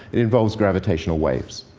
it involves gravitational waves.